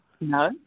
No